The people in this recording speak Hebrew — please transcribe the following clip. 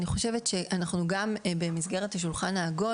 אני חושבת צריכים לחשוב גם במסגרת השולחן העגול